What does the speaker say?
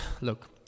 look